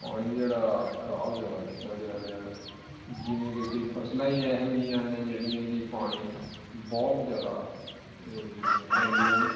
ਪਾਣੀ ਜਿਹੜਾ ਖ਼ਰਾਬ ਜ਼ਿਆਦਾ ਕੀਤਾ ਜਾ ਰਿਹਾ ਜਿਵੇਂ ਕਿ ਕਈ ਫਸਲਾਂ ਹੀ ਇਹੋ ਜਿਹੀਆਂ ਨੇ ਜਿਹੜੀਆਂ ਕਿ ਪਾਣੀ ਬਹੁਤ ਜ਼ਿਆਦਾ ਇਹ ਜਿਹੜੀਆਂ ਲੈਂਦੀਆਂ ਹਨ